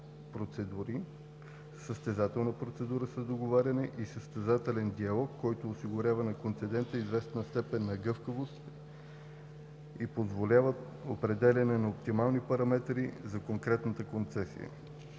процедури – състезателна процедура с договаряне и състезателен диалог, които осигуряват на концедента известна степен на гъвкавост и позволяват определяне на оптимални параметри на конкретната концесия.